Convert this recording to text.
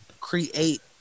create